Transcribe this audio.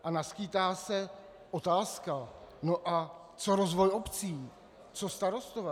A naskýtá se otázka no a co rozvoj obcí, co starostové?